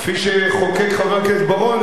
כפי שחוקק חבר הכנסת בר-און,